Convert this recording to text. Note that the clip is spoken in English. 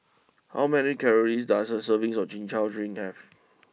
how many calories does a serving of Chin Chow drink have